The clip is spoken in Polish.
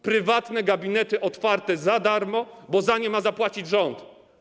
Prywatne gabinety - otwarte za darmo, bo za nie ma zapłacić rząd.